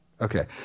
Okay